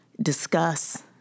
discuss